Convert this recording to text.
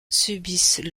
subissent